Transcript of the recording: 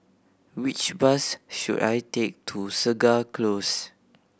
which bus should I take to Segar Close